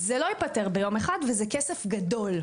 זה לא ייפתר ביום אחד וזה כסף גדול,